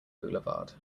boulevard